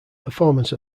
performance